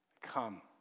Come